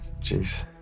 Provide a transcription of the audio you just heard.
Jeez